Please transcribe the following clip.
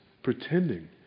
pretending